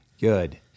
Good